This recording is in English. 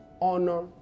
honor